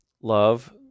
love